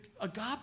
agape